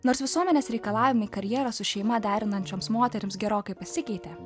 nors visuomenės reikalavimai karjerą su šeima derinančioms moterims gerokai pasikeitė